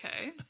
okay